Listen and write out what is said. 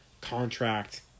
contract